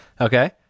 Okay